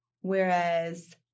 Whereas